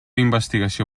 investigació